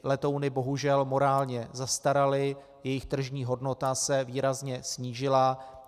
Letouny bohužel morálně zastaraly, jejich tržní hodnota se výrazně snížila.